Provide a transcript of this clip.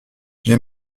j’ai